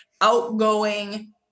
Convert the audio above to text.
outgoing